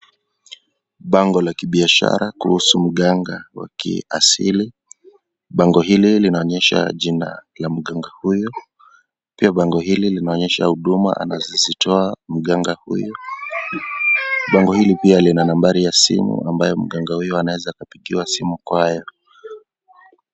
Bango la kibiashara kuhusu uganga wa kiasili. Bango hili linaonyesha jina la mganga huyo. Pia bango hili linaonyesha huduma anazozitoa mganga huyu. Bango hili pia Lina nambari ya simu ambayo mganga huyo anaweza kupigiwa simu.